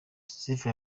sifa